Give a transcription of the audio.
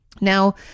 Now